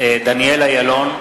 דניאל אילון,